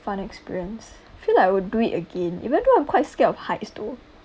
fun experience feel like I would do it again even though I'm quite scared of heights though